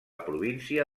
província